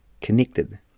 connected